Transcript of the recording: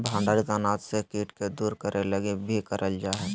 भंडारित अनाज से कीट के दूर करे लगी भी करल जा हइ